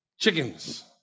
chickens